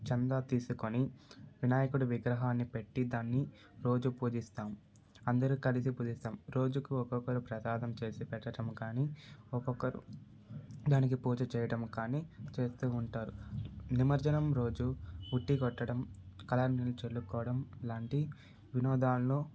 చందా తీసుకుని వినాయకుడి విగ్రహాన్ని పెట్టి దాన్ని రోజు పూజిస్తాం అందరు కలిసి పూజిస్తాం రోజుకు ఒక్కొక్కరు ప్రసాదం చేసి పెట్టడం కానీ ఒక్కొక్కరు దానికి పూజ చేయడం కానీ చేస్తు ఉంటారు నిమజ్జనం రోజు ఉట్టి కొట్టడం కలర్ నీళ్ళను చల్లుకోవడం లాంటి వినోదాలను